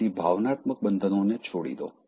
તેથી ભાવનાત્મક બંધનોને છોડી દો